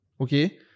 Okay